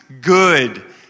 good